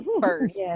first